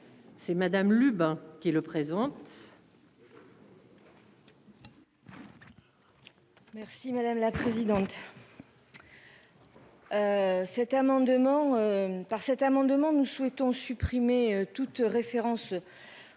C'est madame Lubin qui le présente. Merci madame la présidente. Cet amendement par cet amendement. Nous souhaitons supprimer toute référence. Au